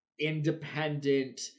independent